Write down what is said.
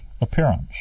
appearance